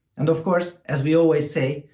and, of course, as we always say,